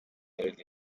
melody